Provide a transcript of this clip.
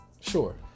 Sure